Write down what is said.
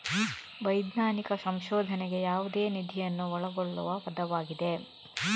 ವೈಜ್ಞಾನಿಕ ಸಂಶೋಧನೆಗೆ ಯಾವುದೇ ನಿಧಿಯನ್ನು ಒಳಗೊಳ್ಳುವ ಪದವಾಗಿದೆ